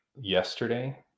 yesterday